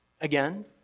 again